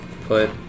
put